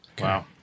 Wow